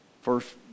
first